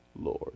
Lord